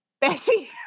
Betty